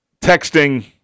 texting